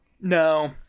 No